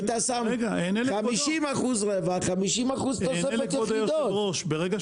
היית שם 50% רווח, 50% תוספת יחידות.